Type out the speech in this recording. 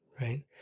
right